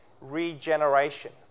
regeneration